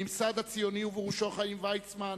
הממסד הציוני, ובראשו חיים ויצמן,